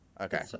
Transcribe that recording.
Okay